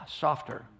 softer